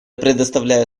предоставляю